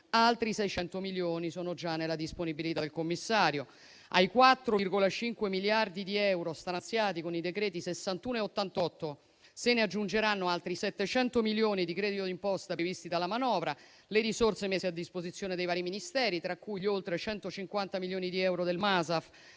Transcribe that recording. altri 600 milioni sono già nella disponibilità del Commissario. Ai 4,5 miliardi di euro stanziati con i decreti nn. 61 e 88, si aggiungeranno altri 700 milioni di credito d'imposta previsti dalla manovra e poi le risorse messe a disposizione dei vari Ministeri, tra cui gli oltre 150 milioni di euro del Masaf